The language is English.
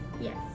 Yes